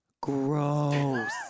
Gross